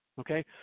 okay